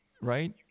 right